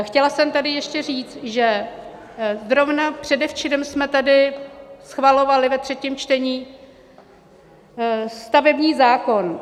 Chtěla jsem tady ještě říct, že zrovna předevčírem jsme tady schvalovali ve třetím čtení stavební zákon.